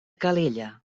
calella